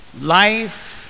life